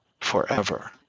forever